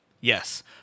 Yes